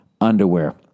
underwear